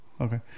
Okay